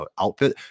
outfit